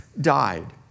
died